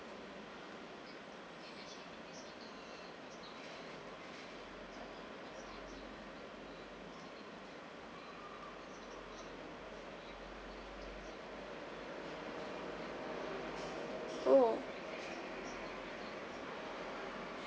oh